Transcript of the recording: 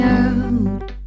out